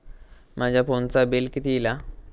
माझ्या फोनचा बिल किती इला?